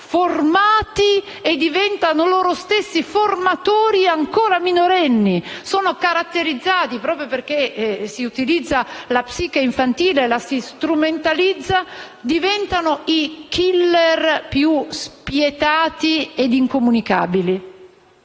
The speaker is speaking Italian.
formati e diventano loro stessi formatori ancora minorenni. Proprio perché si utilizza la psiche infantile e la si strumentalizza, diventano i *killer* più spietati e incomunicabili.